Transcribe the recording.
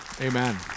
amen